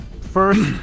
first